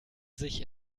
sich